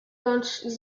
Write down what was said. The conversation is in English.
launched